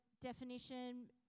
definition